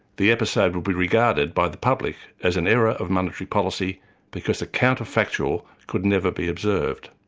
the episode would be regarded by the public as an error of monetary policy because the counter-factual could never be observed.